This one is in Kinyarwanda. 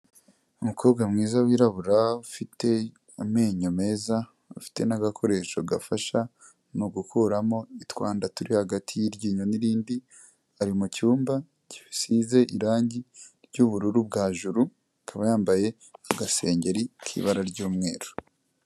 Umukobwa mwiza wirabura, ufite amenyo meza, afite n'agakoresho gafasha mu gukuramo itwanda turi hagati y'iryinyo n'irindi, ari mu cyumba gisize irangi ry'ubururu bwa juru, akaba yambaye agasengeri k'ibara ry'umweru.